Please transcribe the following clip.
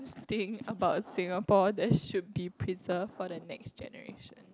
thing about Singapore that should be preserved for the next generation